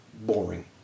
boring